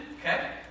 okay